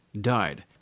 died